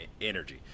energy